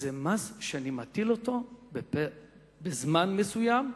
זה מס שאני מטיל אותו בזמן מסוים,